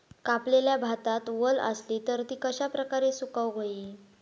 कापलेल्या भातात वल आसली तर ती कश्या प्रकारे सुकौक होई?